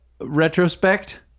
retrospect